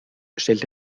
stellt